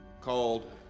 called